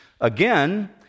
again